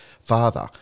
father